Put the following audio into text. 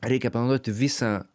reikia panaudoti visą